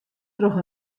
troch